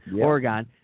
Oregon